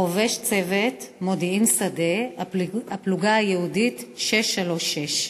חובש צוות מודיעין שדה, הפלוגה הייעודית 636: